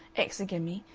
exogamy,